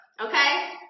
Okay